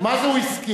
מה זה "הוא הסכים"?